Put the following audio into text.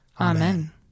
Amen